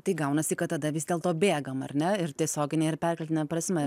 tai gaunasi kad tada vis dėl to bėgame ar ne ir tiesiogine ir perkeltine prasme